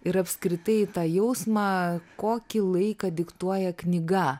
ir apskritai į tą jausmą kokį laiką diktuoja knyga